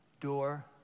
door